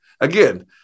again